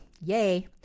Yay